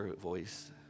voice